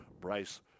Bryce